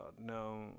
No